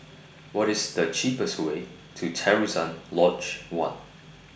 What IS The cheapest Way to Terusan Lodge one